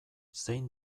zein